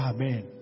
Amen